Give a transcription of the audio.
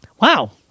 Wow